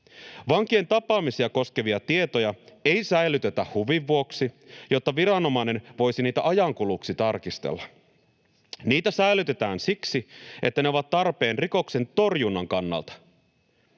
Vankien tapaamisia koskevia tietoja ei säilytetä huvin vuoksi, jotta viranomainen voisi niitä ajankuluksi tarkistella. Niitä säilytetään siksi, että ne ovat tarpeen rikoksen torjunnan kannalta.